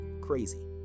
Crazy